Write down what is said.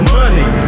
money